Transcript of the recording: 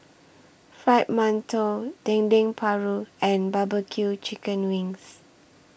Fried mantou Dendeng Paru and Barbecue Chicken Wings